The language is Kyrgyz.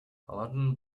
алардын